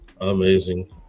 Amazing